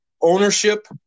ownership